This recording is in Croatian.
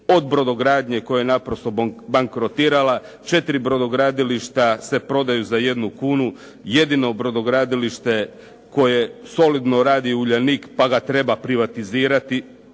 od brodogradnje koja je naprosto bankrotirala, četiri brodogradilišta se prodaju za jednu kunu. Jedino brodogradilište koje solidno radi, Uljanik, pa ga trebati privatizirati,